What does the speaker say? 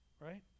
right